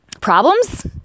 problems